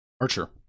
Archer